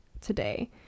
today